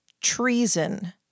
Treason